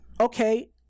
Okay